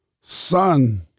son